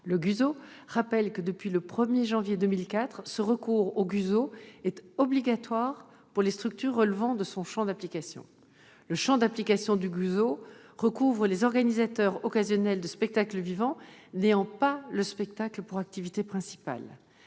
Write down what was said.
vivant rappelle que, depuis le 1 janvier 2004, le recours au GUSO est obligatoire pour les structures relevant de son champ d'application. Le champ d'application du GUSO recouvre les organisateurs occasionnels de spectacles vivants n'ayant pas le spectacle pour activité principale.